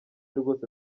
rwose